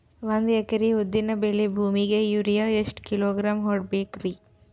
ಒಂದ್ ಎಕರಿ ಉದ್ದಿನ ಬೇಳಿ ಭೂಮಿಗ ಯೋರಿಯ ಎಷ್ಟ ಕಿಲೋಗ್ರಾಂ ಹೊಡೀಬೇಕ್ರಿ?